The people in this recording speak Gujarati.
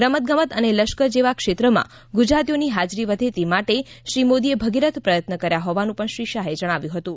રમતગમત અને લશ્કર જેવા ક્ષેત્રમાં ગુજરાતીઓની હાજરી વધે તે માટે શ્રી મોદીએ ભગીરથ પ્રયત્ન કર્યા હોવાનું પણ શ્રી શાહે જણાવ્યુ હતું